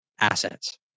assets